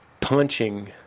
punching